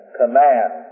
command